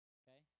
okay